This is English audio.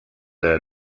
their